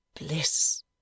bliss